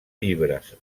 llibres